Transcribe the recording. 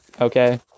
Okay